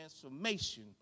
transformation